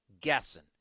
guessing